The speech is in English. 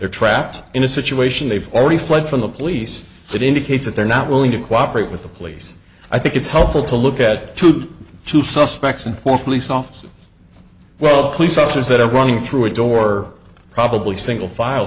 they're trapped in a situation they've already fled from the police that indicates that they're not willing to cooperate with the police i think it's helpful to look at to two suspects and for police officers well police officers that are running through a door probably single file